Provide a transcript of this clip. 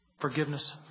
forgiveness